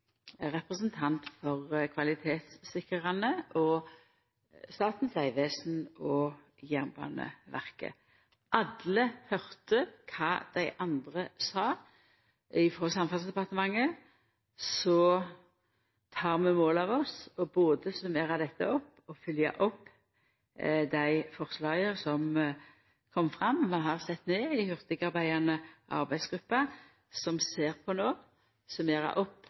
Statens vegvesen og Jernbaneverket. Alle høyrde kva dei andre sa. Frå Samferdselsdepartementet si side tek vi mål av oss til både å summera dette opp og følgja opp dei forslaga som kom fram. Vi har sett ned ei hurtigarbeidande arbeidsgruppe som ser på dette no, summerer opp